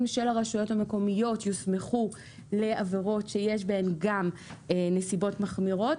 של הרשויות המקומיות יוסמכו לעבירות שיש בהן גם נסיבות מחמירות,